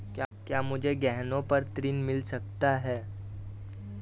क्या मुझे गहनों पर ऋण मिल सकता है?